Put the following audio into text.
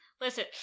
Listen